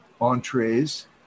entrees